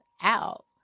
out